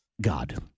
God